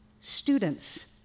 students